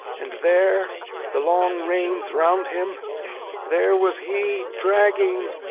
and there the long reins round him there was he dragging,